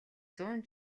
зуун